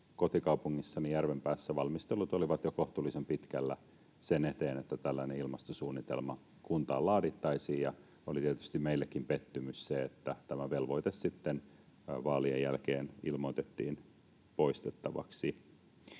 kotikaupungissani Järvenpäässä valmistelut olivat jo kohtuullisen pitkällä sen eteen, että tällainen ilmastosuunnitelma kuntaan laadittaisiin, ja oli tietysti meillekin pettymys, että tämä velvoite sitten vaalien jälkeen ilmoitettiin poistettavaksi.